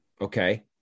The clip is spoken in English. okay